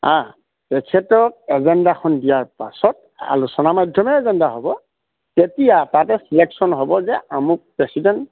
তেখেতক এজেণ্ডাখন দিয়াৰ পাছত আলোচনা মাধ্যমে এজেণ্ডা হ'ব তেতিয়া তাতে ছিলেকশ্যন হ'ব যে আমুক প্ৰেচিডেণ্ট